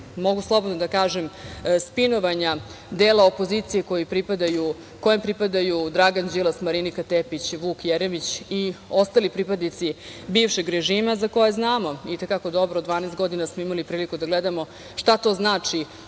mogu slobodno da kažem, spinovanja dela opozicije kojem pripadaju Dragan Đilas, Marinika Tepić, Vuk Jeremić i ostali pripadnici bivšeg režima za koje znamo i te kako dobro. Dvanaest godina smo imali priliku da gledamo šta to znači